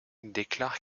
déclare